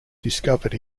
discovered